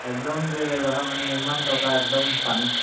একদম যে এইবাৰ মানে ইমান টকা একদম পানীত